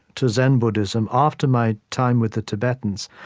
to zen buddhism after my time with the tibetans,